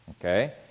Okay